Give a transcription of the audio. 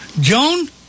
Joan